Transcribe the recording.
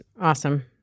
awesome